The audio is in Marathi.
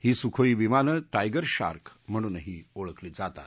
ही सुखोई विमान धिगरशार्क म्हणूनही ओळखली जातात